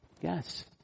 Yes